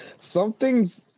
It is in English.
Something's